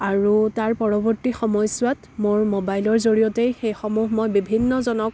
আৰু তাৰ পৰৱৰ্তী সময়ছোৱাত মোৰ ম'বাইলৰ জৰিয়তেই সেই সমূহ মই বিভিন্নজনক